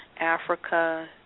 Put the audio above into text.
Africa